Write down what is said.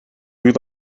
you